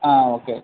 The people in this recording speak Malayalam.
ആ ഓക്കേ